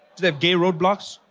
they have gay roadblocks?